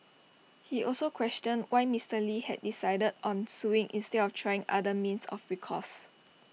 he also questioned why Mister lee had decided on suing instead of trying other means of recourse